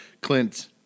Clint